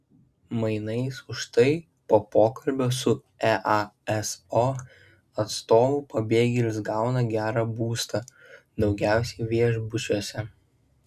mainais už tai po pokalbio su easo atstovu pabėgėlis gauna gerą būstą daugiausiai viešbučiuose